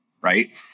right